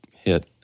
hit